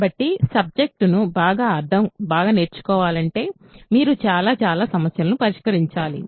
కాబట్టి సబ్జెక్టును బాగా నేర్చుకోవాలంటే మీరు చాలా చాలా సమస్యలను పరిష్కరించాలి